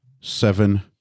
seven